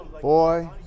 Boy